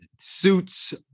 Suits